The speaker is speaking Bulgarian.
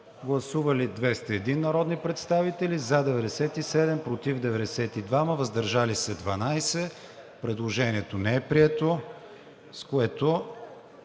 Гласували 201 народни представители: за 97, против 92, въздържали се 12. Предложението не е прието, с което